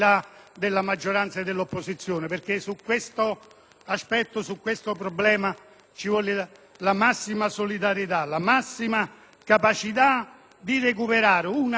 della maggioranza e dell'opposizione. Su tale problema ci vuole la massima solidarietà, la massima capacità di recuperare una